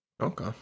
Okay